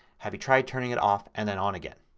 have you tried turning it off and then on again.